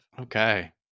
Okay